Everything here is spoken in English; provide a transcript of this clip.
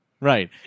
Right